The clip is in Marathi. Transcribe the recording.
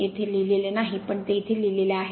येथे असे लिहिलेले नाही पण ते इथे लिहिलेले आहे